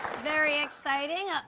very exciting.